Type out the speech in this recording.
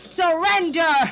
surrender